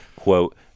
quote